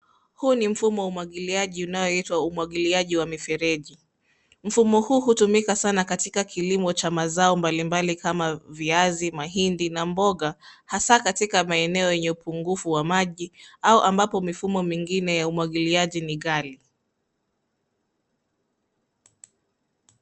Huu ni mfumo wa umwagiliaji unaoitwa umwagiliaji wa mifereji. Mfumo huu hutumika sana katika kilimo cha mazao mbalimbali kama viazi, mahindi na mboga hasaa katika maeneo yenye upungufu wa maji au ambapo mifumo mingine ya umwagiliaji ni ghali.